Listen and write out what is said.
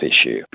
issue